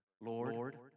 Lord